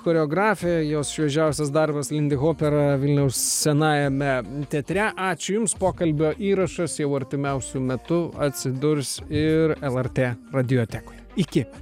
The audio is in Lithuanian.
choreografė jos šviežiausias darbas lindihopera vilniaus senajame teatre ačiū jums pokalbio įrašas jau artimiausiu metu atsidurs ir lrt radiotekoj iki